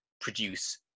produce